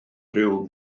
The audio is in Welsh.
rhyw